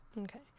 Okay